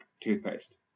toothpaste